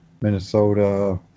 Minnesota